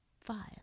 five